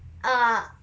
uh